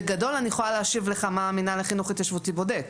בגדול אני יכולה להשיב לך מה המנהל ההתיישבותי בודק.